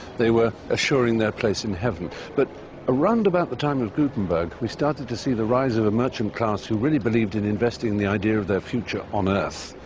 they were assuring their place in heaven. but around about the time of gutenberg, we started to see the rise of a merchant class who really believed in investing in the idea of their future on earth.